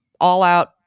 all-out